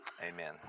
Amen